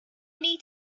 need